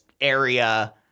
area